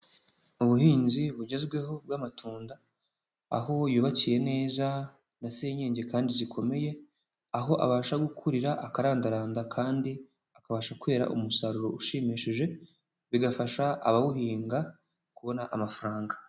Ubuhinzi bugezweho bw'amatunda. Aho yubakiye neza na senyenge kandi zikomeye. Aho abasha gukurira akarandaranda kandi akabasha kwera umusaruro ushimishije. Bigafasha abawuhinga kubona amafaranga.